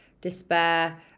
despair